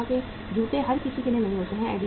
Puma जूते हर किसी के लिए नहीं हैं